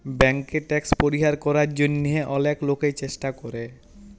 ব্যাংকে ট্যাক্স পরিহার করার জন্যহে অলেক লোকই চেষ্টা করে